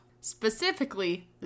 Specifically